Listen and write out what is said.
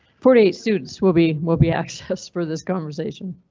forty eight students will be will be accessed for this conversation.